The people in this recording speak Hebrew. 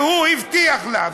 והוא הבטיח לה,